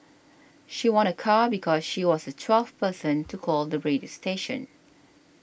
she won a car because she was the twelfth person to call the radio station